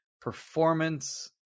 performance